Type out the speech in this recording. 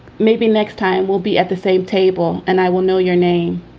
maybe next time we'll be at the same table and i will know your name.